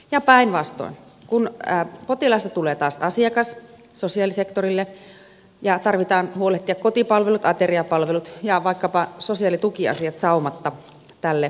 ja päinvastoin kun potilaasta tulee taas asiakas sosiaalisektorille täytyy huolehtia kotipalvelut ateriapalvelut ja vaikkapa sosiaalitukiasiat saumatta tälle asiakkaalle kuntoon